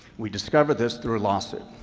we discovered this through a lawsuit.